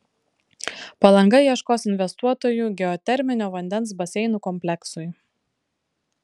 palanga ieškos investuotojų geoterminio vandens baseinų kompleksui